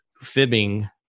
fibbing